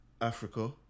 Africa